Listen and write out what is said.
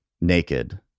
naked